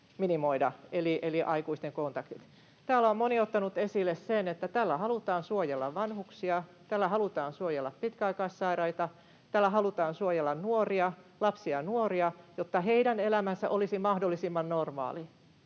minimoida, eli aikuisten kontaktit. Täällä on moni ottanut esille sen, että tällä halutaan suojella vanhuksia, tällä halutaan suojella pitkäaikaissairaita, tällä halutaan suojella lapsia ja nuoria, jotta heidän elämänsä olisi mahdollisimman normaalia.